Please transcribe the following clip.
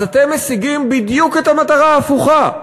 אז אתם משיגים בדיוק את המטרה ההפוכה.